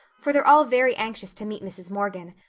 for they're all very anxious to meet mrs. morgan.